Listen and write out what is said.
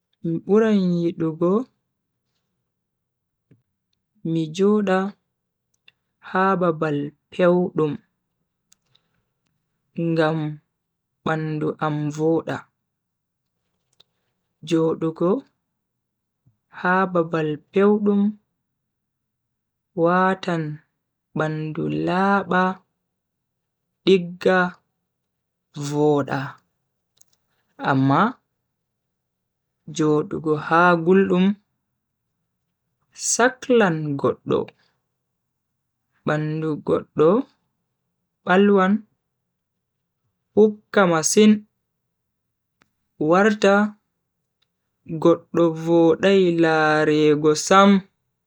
Mi buran yidugo mi joda ha babal pewdum ngam bandu am voda. jodugo ha babal pewdum watan bandu laaba, digga, vooda. amma jodugo ha guldum saklan goddo bandu goddo balwan hukka masin warta goddo vodai lareego Sam.